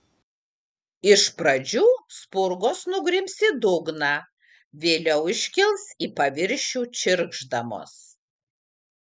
iš pradžių spurgos nugrims į dugną vėliau iškils į paviršių čirkšdamos